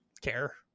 care